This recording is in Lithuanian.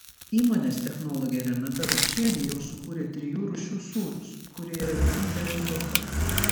įmonės technologė renata rupšienė jau sukūrė trijų rūšių sūrius kurie yra vieninteliai europoje